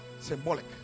symbolic